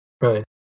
right